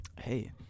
Hey